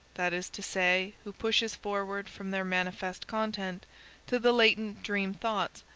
that is to say, who pushes forward from their manifest content to the latent dream thoughts,